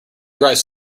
dries